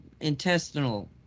intestinal